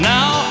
Now